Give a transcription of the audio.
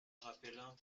rappelant